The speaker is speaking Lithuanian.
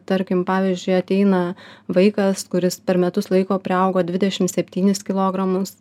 tarkim pavyzdžiui ateina vaikas kuris per metus laiko priaugo dvidešim septynis kilogramus